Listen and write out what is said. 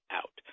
out